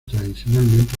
tradicionalmente